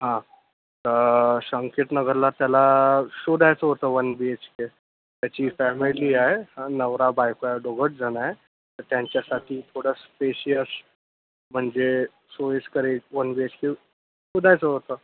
हा तर संकेतनगरला त्याला शोधायचं होतं वन बी एच के त्याची फॅमिली आहे अन् नवरा बायको हे दोघंच जण आहे तर त्यांच्यासाठी थोडं स्पेशियस म्हणजे सोयीस्कर एक वन बी एच के शोधायचं होतं